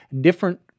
different